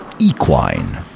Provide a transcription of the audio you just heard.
equine